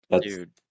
dude